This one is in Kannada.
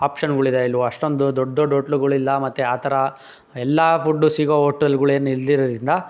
ಆಪ್ಷನ್ಗಳಿದೆ ಇಲ್ಲಿ ಅಷ್ಟೊಂದು ದೊಡ್ಡ ದೊಡ್ಡ ಹೋಟ್ಲುಗಳಿಲ್ಲ ಮತ್ತು ಆ ಥರ ಎಲ್ಲ ಫುಡ್ ಸಿಗೋ ಹೋಟೆಲ್ಗಳೇನು ಇಲ್ಲದಿರೋದ್ರಿಂದ